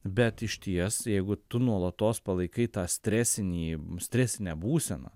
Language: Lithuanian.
bet išties jeigu tu nuolatos palaikai tą stresinį stresinę būseną